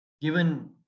given